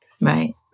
Right